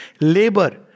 labor